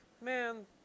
man